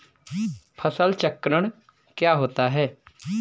फसल चक्रण क्या होता है?